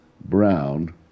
Brown